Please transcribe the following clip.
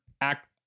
act